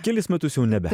kelis metus jau nebe